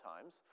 times